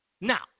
Now